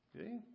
Okay